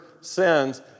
sins